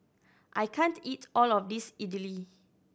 I can't eat all of this Idili